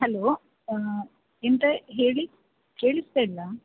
hello ಎಂತಾ ಹೇಳಿ ಕೇಳಿಸ್ತಾ ಇಲ್ಲ